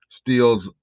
steals